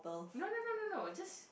no no no no no just